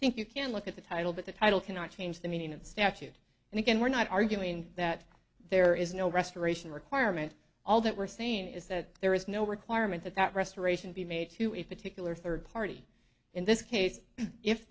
think you can look at the title but the title cannot change the meaning of the statute and again we're not arguing that there is no restoration requirement all that we're saying is that there is no requirement that that restoration be made to a particular third party in this case if